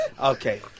Okay